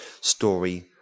story